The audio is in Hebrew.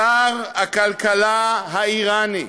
שר הכלכלה האיראני,